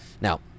now